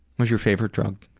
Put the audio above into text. was your favorite drug?